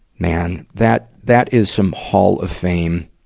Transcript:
man, that, that is some hall of fame